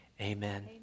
Amen